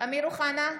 אמיר אוחנה,